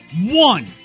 one